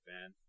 man